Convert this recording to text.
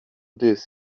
this